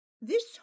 This